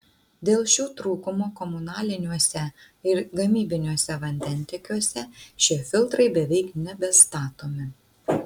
dėl šių trūkumų komunaliniuose ir gamybiniuose vandentiekiuose šie filtrai beveik nebestatomi